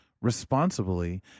responsibly